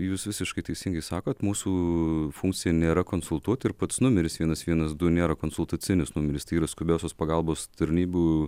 jus visiškai teisingai sakot mūsų funkcija nėra konsultuoti ir pats numeris vienas vienas du nėra konsultacinis numeris tai yra skubiosios pagalbos tarnybų